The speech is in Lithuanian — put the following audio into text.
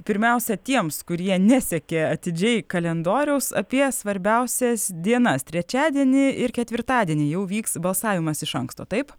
pirmiausia tiems kurie nesekė atidžiai kalendoriaus apie svarbiausias dienas trečiadienį ir ketvirtadienį jau vyks balsavimas iš anksto taip